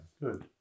good